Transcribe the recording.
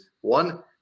one